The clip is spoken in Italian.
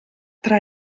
tra